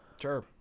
Sure